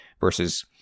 versus